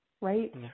right